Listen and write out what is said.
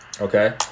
Okay